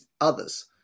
others